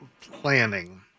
planning